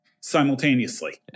simultaneously